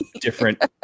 different